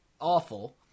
awful